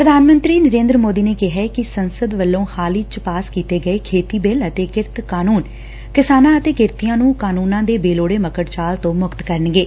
ਪ੍ਰਧਾਨ ਮੰਤਰੀ ਨਰੇਂਦਰ ਮੋਦੀ ਨੇ ਕਿਹੈ ਕਿ ਸੰਸਦ ਵੱਲੋਂ ਹਾਲ ਹੀ ਚ ਪਾਸ ਕੀਤੇ ਗਏ ਖੇਤੀ ਬਿੱਲ ਅਤੇ ਕਿਰਤ ਕਾਨੂੰਨ ਕਿਸਾਨਾਂ ਅਤੇ ਕਿਰਤੀਆਂ ਨੂੰ ਕਾਨੂੰਨਾਂ ਦੇ ਬੇਲੋੜੇ ਮੱਕੜ ਜਾਲ ਤੋਂ ਮੁਕਤ ਕਰਨਗੇ